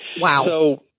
Wow